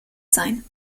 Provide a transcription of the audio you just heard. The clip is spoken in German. sein